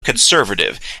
conservative